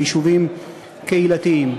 ביישובים קהילתיים.